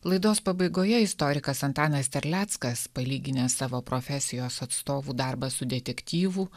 laidos pabaigoje istorikas antanas terleckas palyginęs savo profesijos atstovų darbą su detektyvų